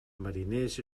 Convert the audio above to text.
mariners